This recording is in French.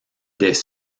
des